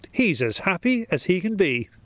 he's as happy as he can be.